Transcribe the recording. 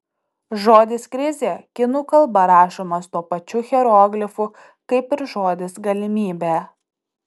žodis krizė kinų kalba rašomas tuo pačiu hieroglifu kaip ir žodis galimybė